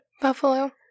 Buffalo